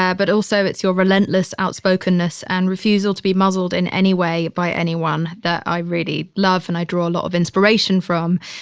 yeah but also, it's your relentless outspokenness and refusal to be muzzled in any way by anyone that i really love. and i draw a lot of inspiration from,